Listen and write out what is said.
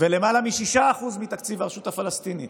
ולמעלה מ-6% מתקציב הרשות הפלסטינית